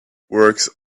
works